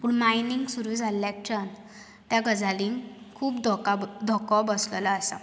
पूण मायनिंग सुरु जाल्याकच्यान त्या गजालिंक खूब धोका धक्को बसलेलो आसात